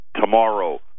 tomorrow